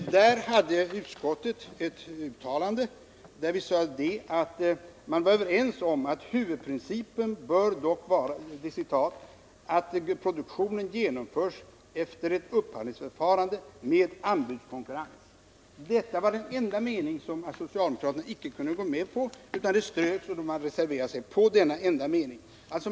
Där uttalade den borgerliga utskottsmajoriteten att vi var överens om att huvudprincipen bör vara ”att produktionen genomförs efter ett upphandlingsförfarande med anbudskonkurrens”. Detta var den enda mening som socialdemokraterna icke kunde gå med på, och man reserverade sig i fråga om den.